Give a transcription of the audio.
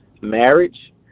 marriage